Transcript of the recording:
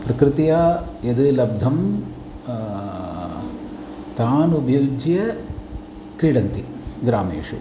प्रकृत्या यद् लब्धं तान् उपयुज्य क्रीडन्ति ग्रामेषु